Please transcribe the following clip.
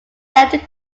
left